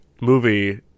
movie